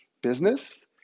Business